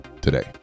today